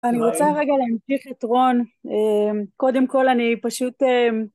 אני רוצה רגע להמשיך את רון, אה... קודם כל אני פשוט אה...